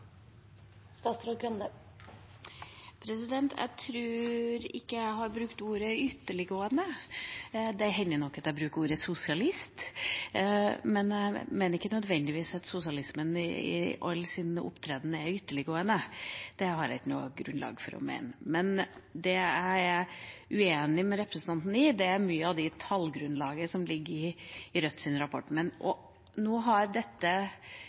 jeg bruker ordet «sosialist», men jeg mener ikke nødvendigvis at sosialismen i all sin opptreden er ytterliggående. Det har jeg ikke noe grunnlag for å mene. Det jeg er uenig med representanten om, er mye av det tallgrunnlaget som ligger i Rødts rapport. Kunnskapsdepartementet har bestilt ti rapporter med ulikt faktagrunnlag. I tillegg har